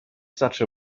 such